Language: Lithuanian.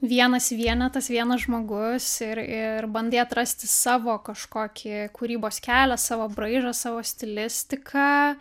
vienas vienetas vienas žmogus ir ir bandai atrasti savo kažkokį kūrybos kelią savo braižą savo stilistiką